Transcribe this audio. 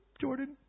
Jordan